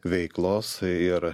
veiklos ir